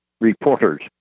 reporters